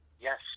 Yes